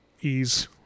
ease